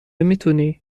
میتونی